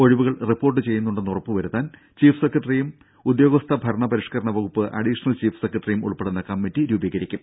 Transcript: ഒഴിവുകൾ റിപ്പോർട്ട് ചെയ്യുന്നുണ്ടെന്ന് ഉറപ്പുവരുത്താൻ ചീഫ് സെക്രട്ടറിയും ഉദ്യോഗസ്ഥ ഭരണ പരിഷ്ക്കണ വകുപ്പ് അഡീഷൺ ചീഫ് സെക്രട്ടറിയും ഉൾപ്പെടുന്ന കമ്മിറ്റി രൂപീകരിക്കും